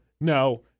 no